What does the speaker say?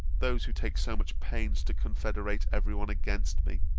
those who take so much pains to confederate every one against me,